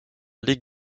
ligue